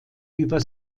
über